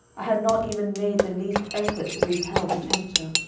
i had not even made the least effort to repel the tempter.